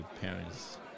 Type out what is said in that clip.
parents